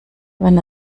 wenn